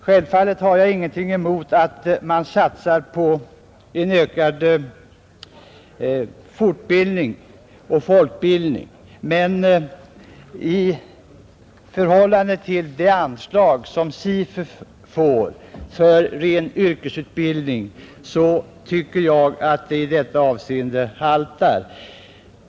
Självfallet har jag ingenting emot att man satsar på en ökad folkbildning, men jag tycker att det anslag som SIFU får för ren yrkesutbildning är alltför litet i förhållande till vad som satsas på folkbildningen.